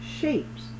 shapes